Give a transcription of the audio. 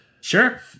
Sure